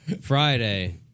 Friday